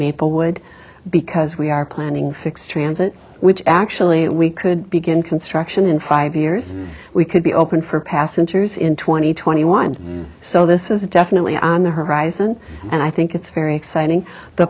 maplewood because we are planning six transit which actually we could begin construction in five years we could be open for passengers in twenty twenty one so this is definitely on the horizon and i think it's very exciting the